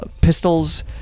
pistols